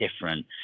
different